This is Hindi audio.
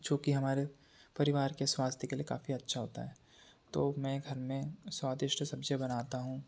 जो कि हमारे परिवार के स्वास्थय के लिए काफ़ी अच्छा होता है तो मैं घर में स्वादिष्ट सब्ज़ियाँ बनाता हूँ